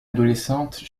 adolescente